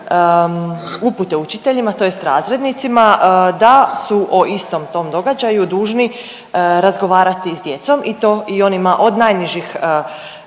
upute učiteljima tj. razrednicima da su o istom tom događaju dužni razgovarati sa djecom i to i onima od najnižih razreda